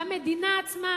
המדינה עצמה,